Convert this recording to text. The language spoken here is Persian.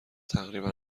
تقریبا